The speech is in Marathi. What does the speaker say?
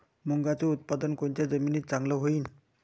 मुंगाचं उत्पादन कोनच्या जमीनीत चांगलं होईन?